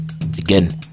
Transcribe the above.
Again